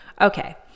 Okay